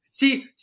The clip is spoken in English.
See